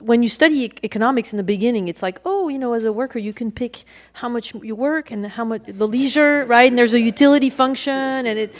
when you study economics in the beginning it's like oh you know as a worker you can pick how much you work and how much the leisure right and there's a utility function and it